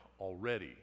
already